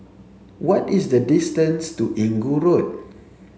what is the distance to Inggu Road